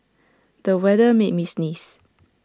the weather made me sneeze